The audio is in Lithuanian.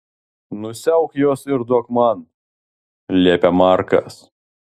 nusiauk juos ir duok man liepia markas